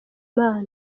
imana